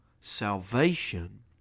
salvation